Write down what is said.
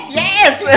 yes